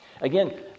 Again